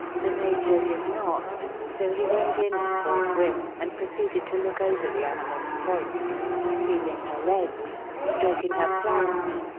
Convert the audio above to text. the major did not, so he went in forthwith and proceeded to look over the animal's points feeling her legs, stroking her flanks,